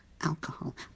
alcohol